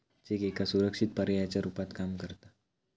check एका सुरक्षित पर्यायाच्या रुपात काम करता